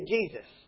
Jesus